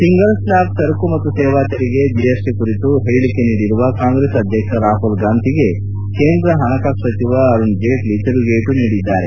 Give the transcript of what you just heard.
single slab ಸರಕು ಮತ್ತು ಸೇವಾ ತೆರಿಗೆ ಜಿಎಸ್ಟಿ ಕುರಿತು ಹೇಳಿಕೆ ನೀಡಿರುವ ಕಾಂಗ್ರೆಸ್ ಅಧ್ಯಕ್ಷ ರಾಹುಲ್ ಗಾಂಧಿಗೆ ಕೇಂದ್ರ ಪಣಕಾಸು ಸಚಿವ ಅರುಣ್ ಜೇಟ್ಲ ತಿರುಗೇಟು ನೀಡಿದ್ದಾರೆ